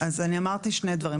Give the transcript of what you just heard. אז אני אמרתי שני דברים,